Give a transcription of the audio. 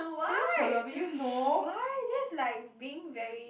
why why that's like being very